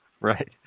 Right